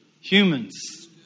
humans